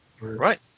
Right